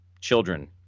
children